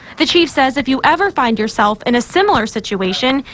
the chief says if you ever find yourself in a similar situation.